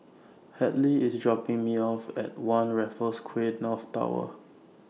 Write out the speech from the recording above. Hadley IS dropping Me off At one Raffles Quay North Tower